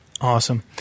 Awesome